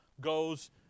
goes